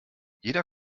jeder